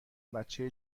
بچه